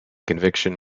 conviction